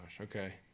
Okay